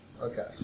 Okay